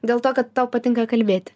dėl to kad tau patinka kalbėt